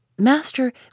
Master